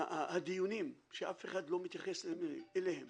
הדיונים שאף אחד לא מתייחס אליהם